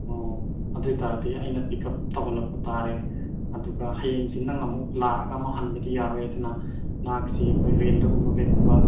ꯑꯣ ꯑꯗꯨ ꯑꯣꯏꯇꯥꯔꯗꯤ ꯑꯩꯅ ꯄꯤꯛꯑꯞ ꯇꯧꯍꯜꯂꯛꯄ ꯇꯥꯔꯦ ꯑꯗꯨꯒ ꯍꯌꯦꯡꯁꯤ ꯅꯪ ꯑꯃꯨꯛ ꯂꯥꯛꯂꯒ ꯑꯃꯨꯛ ꯍꯟꯕꯗꯤ ꯌꯥꯔꯣꯏ ꯑꯗꯨꯅ ꯅꯍꯥꯛꯁꯤ ꯑꯩꯈꯣꯏ ꯔꯦꯟꯇꯒꯨꯝꯕ ꯀꯩꯒꯨꯝꯕ